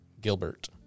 Gilbert